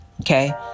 okay